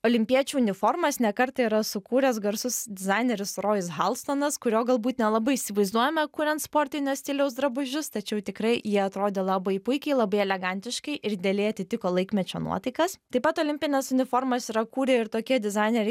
olimpiečių uniformas ne kartą yra sukūręs garsus dizaineris rojus halstonas kurio galbūt nelabai įsivaizduojame kuriant sportinio stiliaus drabužius tačiau tikrai jie atrodė labai puikiai labai elegantiškai ir idealiai atitiko laikmečio nuotaikas taip pat olimpines uniformos yra kūrę ir tokie dizaineriai